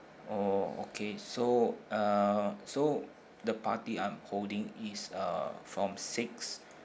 oh okay so uh so the party I'm holding is uh from six